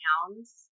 pounds